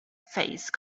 phase